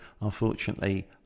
Unfortunately